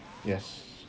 yes